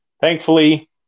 thankfully